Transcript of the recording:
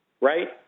right